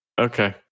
okay